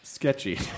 sketchy